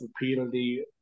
repeatedly